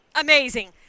Amazing